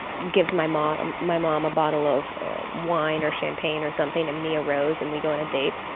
gives my mom um my mom a bottle of wine or champagne or something and me a rose and we go on a date,